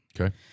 Okay